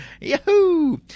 Yahoo